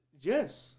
Yes